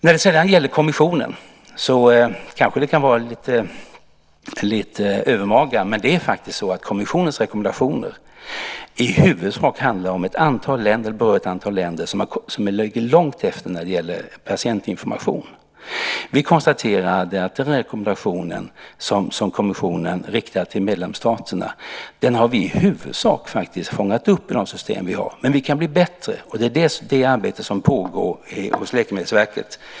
När det sedan gäller kommissionen kan det vara lite övermaga att säga det, men kommissionens rekommendationer i huvudsak handlar om behovet i ett antal länder som ligger långt efter vad gäller patientinformation. Vi konstaterar att de rekommendationer som kommissionen riktade till medlemsstaterna har vi i huvudsak fångat upp i det system som vi har. Men vi kan bli bättre, och det är det arbete som pågår hos Läkemedelsverket.